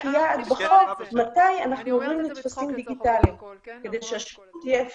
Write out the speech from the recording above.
יעד בחוק מתי עוברים לטפסים דיגיטליים כדי שהשירות יהיה אפקטיבי.